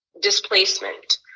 displacement